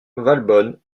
valbonne